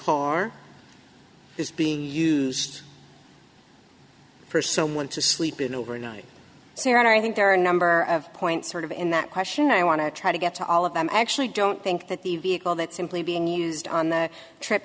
is being used for someone to sleep in overnight so you and i think there are a number of points sort of in that question i want to try to get to all of them actually don't think that the vehicle that simply being used on the trip